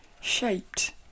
shaped